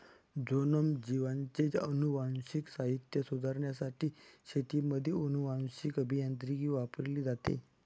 genome, जीवांचे अनुवांशिक साहित्य सुधारण्यासाठी शेतीमध्ये अनुवांशीक अभियांत्रिकी वापरली जाते